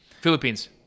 Philippines